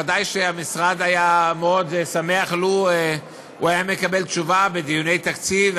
ודאי שהמשרד היה מאוד שמח לו היה מקבל תשובה בדיוני התקציב,